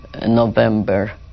November